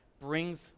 brings